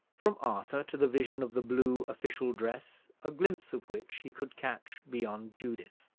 from arthur to the vision of the blue official dress, a glimpse of which he could catch beyond judith.